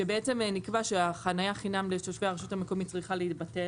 שבצם נקבע שהחנייה חינם לתושבי הרשות המקומית צריכה להתבטל.